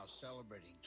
celebrating